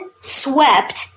swept